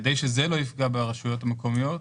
כדי שזה לא יפגע ברשויות המקומיות,